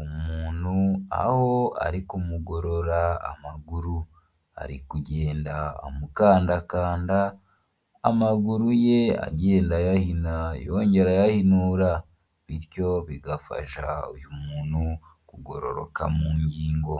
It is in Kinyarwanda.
umuntu aho ari kumugorora amaguru ari kugenda amukandakanda amaguru ye agenda ayahina yongera ayahinura, bityo bigafasha uyu muntu kugororoka mu ngingo.